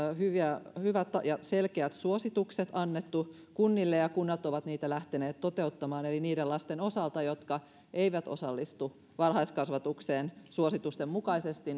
hyvät ja selkeät suositukset annettu kunnille ja kunnat ovat niitä lähteneet toteuttamaan eli niiden lasten osalta jotka eivät osallistu varhaiskasvatukseen suositusten mukaisesti